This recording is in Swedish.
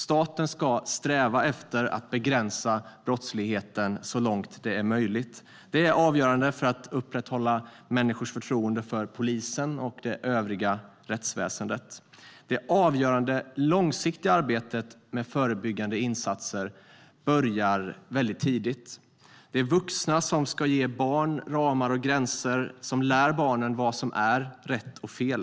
Staten ska sträva efter att begränsa brottsligheten så långt som det är möjligt. Det är avgörande för att upprätthålla människors förtroende för polisen och det övriga rättsväsendet. Det avgörande långsiktiga arbetet med förebyggande insatser börjar tidigt. Det är vuxna som ska ge barnen ramar och gränser som lär barnen vad som är rätt och fel.